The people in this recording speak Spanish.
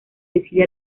decide